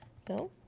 so,